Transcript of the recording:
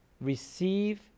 receive